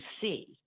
see